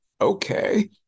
okay